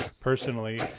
personally